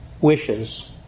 wishes